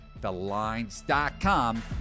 TheLines.com